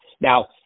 Now